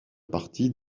partie